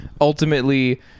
ultimately